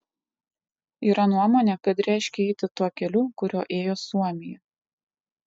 yra nuomonė kad reiškia eiti tuo keliu kuriuo ėjo suomija